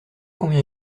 combien